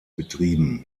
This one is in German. betrieben